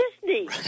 Disney